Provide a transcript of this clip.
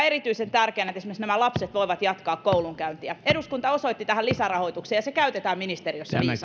erityisen tärkeänä että nämä lapset voivat esimerkiksi jatkaa koulunkäyntiä eduskunta osoitti tähän lisärahoituksen ja se käytetään ministeriössä